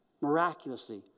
miraculously